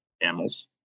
animals